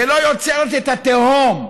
ולא יוצרת את התהום.